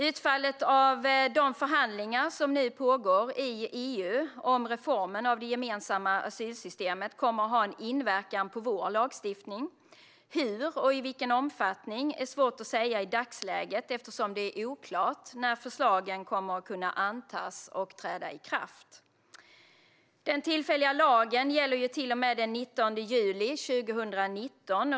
Utfallet av de förhandlingar som nu pågår i EU om reformen av det gemensamma asylsystemet kommer att ha en inverkan på vår lagstiftning. Hur och i vilken omfattning är svårt att säga i dagsläget eftersom det är oklart när förslagen kommer att kunna antas och träda i kraft. Den tillfälliga lagen gäller till och med den 19 juli 2019.